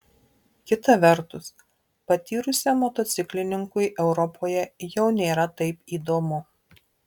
kita vertus patyrusiam motociklininkui europoje jau nėra taip įdomu